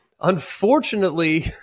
Unfortunately